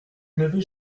n’avais